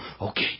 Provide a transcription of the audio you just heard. Okay